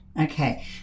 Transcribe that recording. Okay